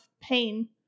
pain